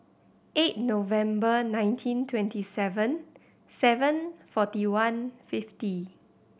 eight November nineteen twenty seven seven forty one fifty